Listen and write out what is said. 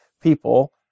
people